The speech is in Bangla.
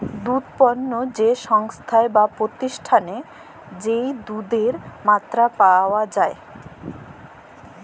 দুধ পণ্য যে সংস্থায় বা প্রতিষ্ঠালে যেই দুধের মাত্রা পাওয়া যাই